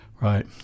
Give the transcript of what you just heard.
right